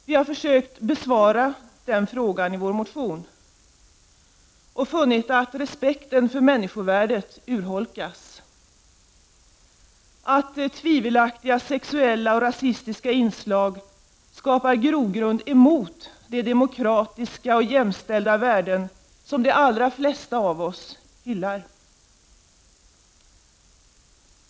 Vi har försökt besvara den frågan i vår motion och funnit att respekten för människovärdet urholkas, att tvivelaktiga sexuella och rasistiska inslag skapar grogrund för uppfattningar som går emot de demokratiska och jämställda värden som de allra flesta av oss hyllar.